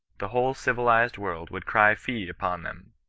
the whole civilized world would cry fie upon them,